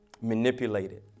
manipulated